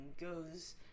goes